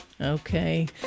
Okay